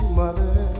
mother